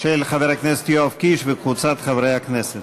של חבר הכנסת יואב קיש וקבוצת חברי הכנסת.